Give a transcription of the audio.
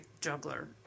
juggler